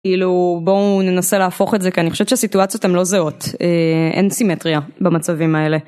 כאילו בואו ננסה להפוך את זה, כי אני חושבת שהסיטואציות הן לא זהות, אין סימטריה במצבים האלה.